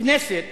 כנסת